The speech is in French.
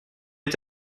est